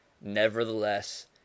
Nevertheless